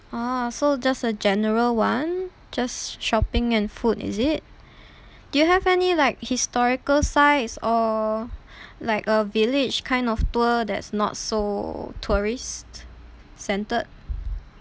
oh so just a general [one] just shopping and food is it do you have any like historical sites or like a village kind of tour that's not so tourist centred